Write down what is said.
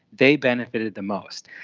they benefited the most.